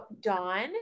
dawn